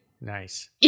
nice